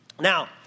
Now